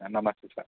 నమస్తే సార్